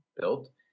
built